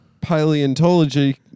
paleontology